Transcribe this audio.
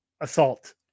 assault